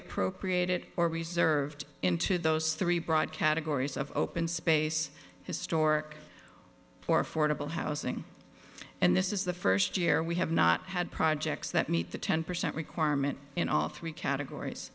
appropriated or reserved into those three broad categories of open space historic for affordable housing and this is the first year we have not had projects that meet the ten percent requirement in all three categories